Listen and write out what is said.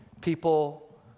people